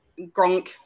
Gronk